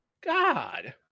God